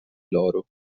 loro